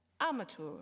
amateur